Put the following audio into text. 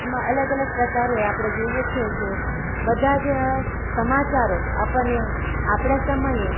એમાં અલગ અલગ પ્રકારે આપણે જોઈએ છીએ બધા જ સમાચારો આપણને આપણા સમયે